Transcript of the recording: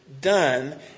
done